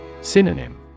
Synonym